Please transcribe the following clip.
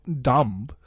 dumb